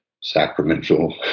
sacramental